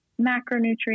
macronutrients